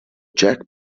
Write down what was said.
jack